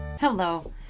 Hello